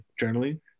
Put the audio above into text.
journaling